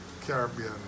Caribbean